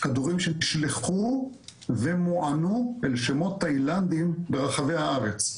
כדורים שנשלחו ומוענו אל שמות תאילנדים ברחבי הארץ.